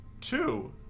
Two